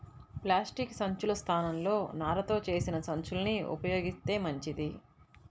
plastic సంచుల స్థానంలో నారతో చేసిన సంచుల్ని ఉపయోగిత్తే మంచిది